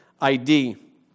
ID